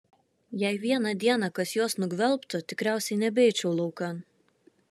jei vieną dieną kas juos nugvelbtų tikriausiai nebeičiau laukan